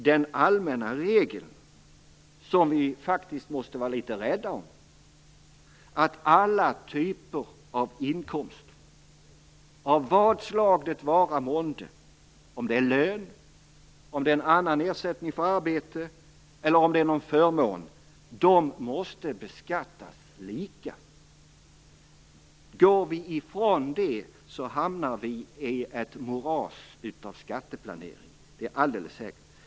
Den allmänna regeln, som vi faktiskt måste vara litet rädda om, är att alla typer av inkomst måste beskattas lika, av vad slag det vara månde - om det är lön, annan ersättning för arbete eller någon förmån. Om vi går ifrån det hamnar vi i ett moras av skatteplanering.